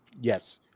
Yes